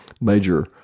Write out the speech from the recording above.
major